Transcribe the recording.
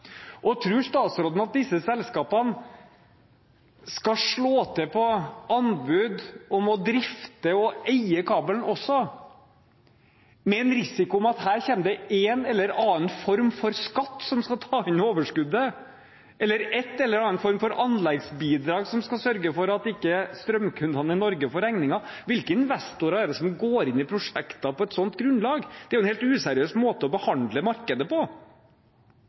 statsråden at disse selskapene skal slå til på anbud om å drifte og eie kabelen også – med en risiko for at det kommer en eller annen form for skatt som skal ta inn overskuddet, eller en eller annen form for anleggsbidrag som skal sørge for at ikke strømkundene i Norge får regningen? Hvilke investorer er det som går inn i prosjekter på et slikt grunnlag? Det er en helt useriøs måte å behandle markedet på.